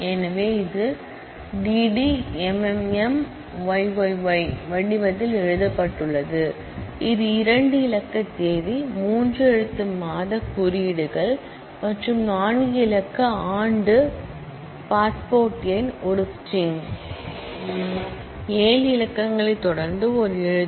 எனவே இது d d m m m y y y வடிவத்தில் எழுதப்பட்டுள்ளது இது இரண்டு இலக்க தேதி மூன்று எழுத்து மாத குறியீடுகள் மற்றும் நான்கு இலக்க ஆண்டு பாஸ்போர்ட் எண் ஒரு ஸ்ட்ரிங் ஏழு இலக்கங்களைத் தொடர்ந்து ஒரு எழுத்து